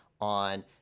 on